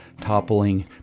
toppling